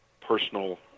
personal